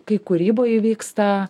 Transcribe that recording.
kai kūryboj įvyksta